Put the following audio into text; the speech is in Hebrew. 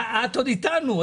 את עוד אתנו.